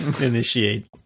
initiate